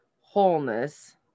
wholeness